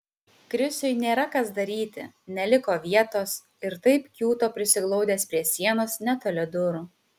krisiui nėra kas daryti neliko vietos ir taip kiūto prisiglaudęs prie sienos netoli durų